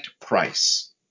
price